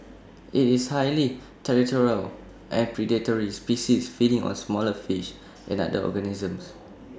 IT is A highly territorial and predatory species feeding on smaller fish and other organisms